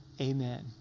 Amen